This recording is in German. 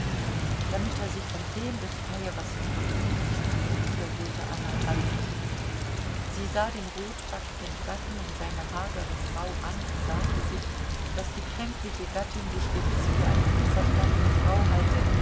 damit er sich von dem befreie was ihn beunruhigt wiederholte anna bei sich sie sah den rotbackigen gatten und seine hagere frau an und sagte sich daß die kränkliche gattin sich gewiß für eine unverstandene frau halte